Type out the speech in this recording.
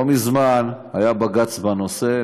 לא מזמן היה בג"ץ בנושא,